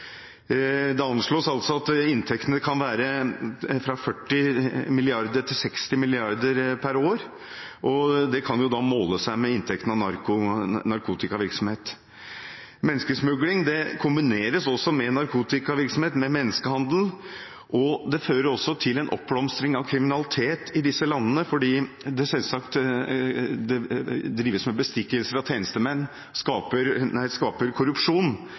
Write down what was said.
Det anslås at inntektene kan være fra 40 mrd. kr til 60 mrd. kr per år, noe som kan måle seg med inntektene fra narkotikavirksomhet. Menneskesmugling kombineres også med narkotikavirksomhet og menneskehandel, og det fører til en oppblomstring av kriminalitet i disse landene fordi man selvsagt driver med bestikkelser av tjenestemenn, man skaper korrupsjon